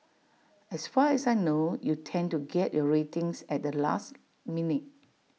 as far as I know you tend to get your ratings at the last minute